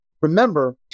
remember